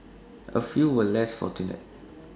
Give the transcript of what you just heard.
A few were less fortunate